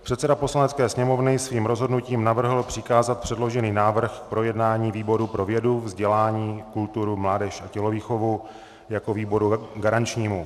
Předseda Poslanecké sněmovny svým rozhodnutím navrhl přikázat předložený návrh k projednání výboru pro vědu, vzdělání, kulturu, mládež a tělovýchovu jako výboru garančnímu.